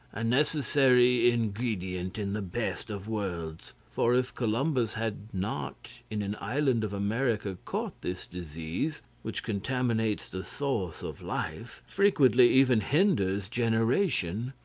a necessary ingredient in the best of worlds for if columbus had not in an island of america caught this disease, which contaminates the source of life frequently even hinders generation,